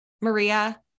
Maria